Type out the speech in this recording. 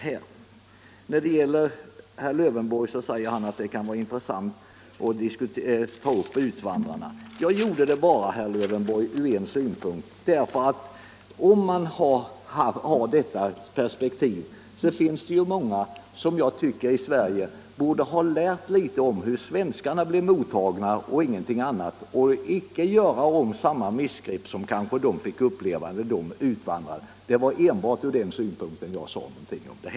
Herr Lövenborg säger att det kan vara intressant att tala om utvand Nr 80 rarna men att den frågan inte hör hit. Jag nämnde dem, herr Lövenborg, Onsdagen den bara av det skälet att med detta perspektiv borde många i Sverige ha 14 maj 1975 lärt litet om hur svenskarna en gång blev mottagna och därför icke göra om samma missgrepp som de kanske fick uppleva när de utvandrade. = Riktlinjer för Det var enbart från den synpunkten jag tog upp saken.